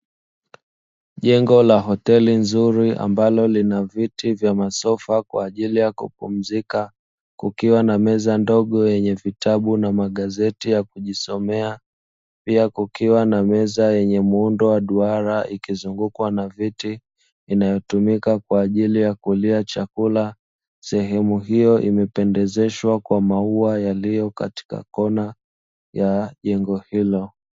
Jengo la hoteli nzuri ambalo lina viti vya masofa kwa ajili ya kupumzika, kukiwa na meza ndogo yenye vitabu na magazeti ya kujisomea, pia kukiwa na meza yenye muundo wa duara ikizungukwa na viti inayotumika kwa ajili ya kulia chakula. Sehemu hio imependezeshwa kwa maua yaliyo katika kona ya jengo hilo.